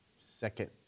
second